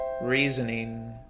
Reasoning